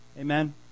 Amen